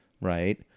right